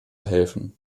helfen